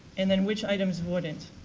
and then which items wouldn't.